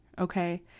Okay